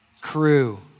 Crew